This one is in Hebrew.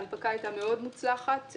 ההנפקה הייתה מוצלחת מאוד.